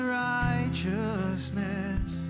righteousness